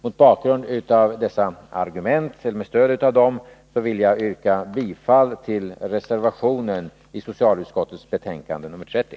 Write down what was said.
Med stöd av dessa argument vill jag yrka bifall till reservationen i socialutskottets betänkande nr 30.